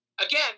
Again